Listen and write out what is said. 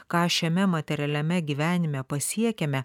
ką šiame materialiame gyvenime pasiekiame